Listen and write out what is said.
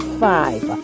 five